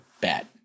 bet